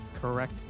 correct